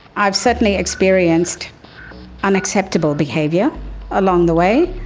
i've certainly experienced unacceptable behaviour along the way.